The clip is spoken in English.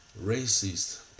racist